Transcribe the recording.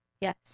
Yes